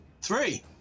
Three